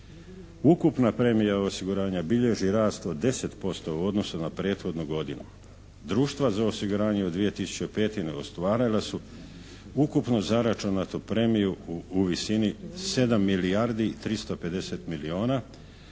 Ukupna premija osiguranja bilježi rast od 10% u odnosu na prethodnu godinu. Društva za osiguranje u 2005. ostvarila su ukupno zaračunatu premiju u visini 7 milijardi 350 milijuna